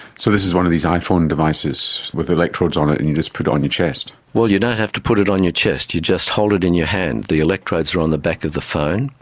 so this is one of these iphone devices with electrodes on it and you just put it on your chest. well, you don't have to put it on your chest, you just hold it in your hand. the electrodes are on the back of the phone.